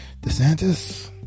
DeSantis